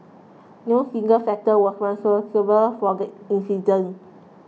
no single factor was for the incident